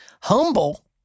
Humble